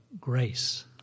grace